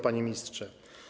Panie Ministrze!